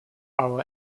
our